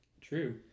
True